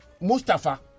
Mustafa